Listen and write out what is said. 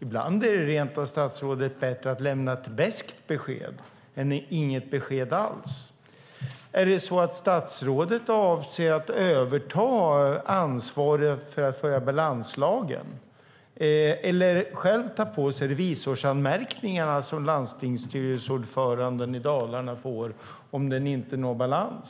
Ibland är det rent av bättre att lämna ett beskt besked än inget besked alls, statsrådet. Avser statsrådet att överta ansvaret för att följa balanslagen eller att själv ta på sig revisorsanmärkningarna som landstingsstyrelseordföranden i Dalarna får om man inte når balans?